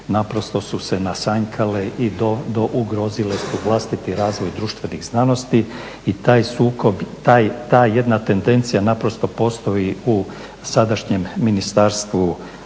naprosto su se nasanjkale i ugrozile su vlastiti razvoj društvenih znanosti i taj sukob, ta jedna tendencija naprosto postoji u sadašnjem Ministarstvu